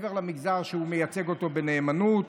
מעבר למגזר שהוא מייצג אותו בנאמנות.